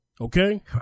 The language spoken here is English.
Okay